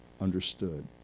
understood